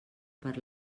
per